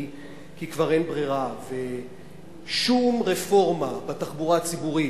כי כבר אין ברירה ושום רפורמה בתחבורה הציבורית,